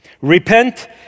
Repent